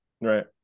right